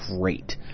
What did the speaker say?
great